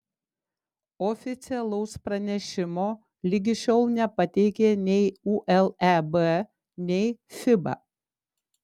oficialaus pranešimo ligi šiol nepateikė nei uleb nei fiba